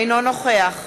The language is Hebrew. אינו נוכח